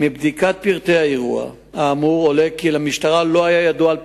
וחיילי צה"ל מכריחים זקנים,